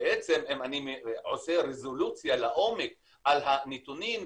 אם אני עושה רזולוציה לעומק על הנתונים,